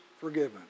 forgiven